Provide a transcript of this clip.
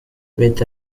with